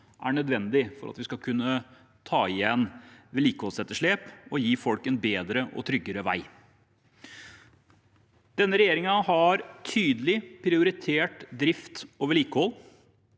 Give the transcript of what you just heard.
er nødvendige for å kunne ta igjen vedlikeholdsetterslep og gi folk en bedre og tryggere vei. Denne regjeringen har tydelig prioritert drift og vedlikehold